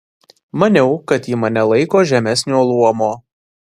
maniau kad ji mane laiko žemesnio luomo